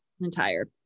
entire